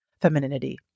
femininity